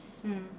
mm